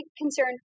concern